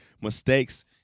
mistakes